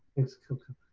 thanks coco.